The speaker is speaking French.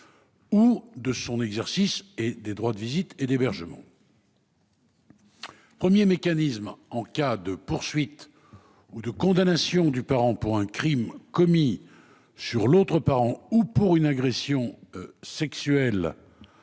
ou de son exercice, ainsi que des droits de visite et d'hébergement. Le premier mécanisme, en cas de poursuite ou de condamnation du parent pour un crime commis sur l'autre parent ou pour une agression sexuelle